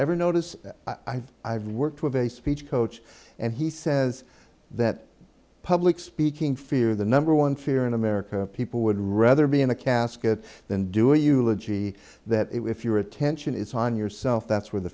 ever notice that i've i've worked with a speech coach and he says that public speaking fear the number one fear in america people would rather be in a casket than doing eulogy that if your attention is on yourself that's where the